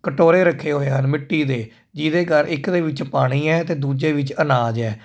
ਕਟੋਰੇ ਰੱਖੇ ਹੋਏ ਹਨ ਮਿੱਟੀ ਦੇ ਜਿਹਦੇ ਘਰ ਇੱਕ ਦੇ ਵਿੱਚ ਪਾਣੀ ਹੈ ਅਤੇ ਦੂਜੇ ਵਿੱਚ ਅਨਾਜ ਹੈ